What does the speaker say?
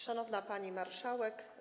Szanowna Pani Marszałek!